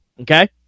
okay